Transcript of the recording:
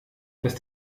dass